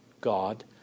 God